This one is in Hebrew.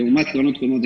שלעומת קרנות קודמות,